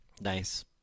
Nice